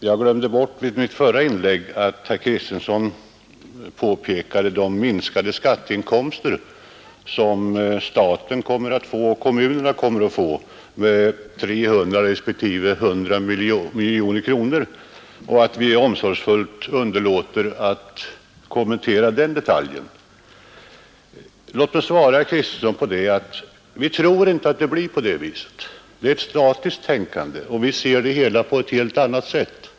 Jag glömde i mitt förra inlägg bort att bemöta herr Kristensons påstående att staten och kommunerna genom vårt förslag skulle förlora 300 respektive 150 miljoner kronor i skatteinkomster och att vi omsorgsfullt underlåter att kommentera den detaljen. Låt mig svara herr Kristenson att vi tror inte att det blir på det viset. Det är ett statiskt tänkande. Vi ser det hela på ett helt annat sätt.